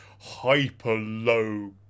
hyper-low